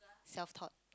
self taught